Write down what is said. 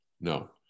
No